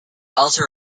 also